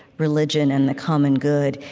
religion, and the common good.